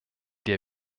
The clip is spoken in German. der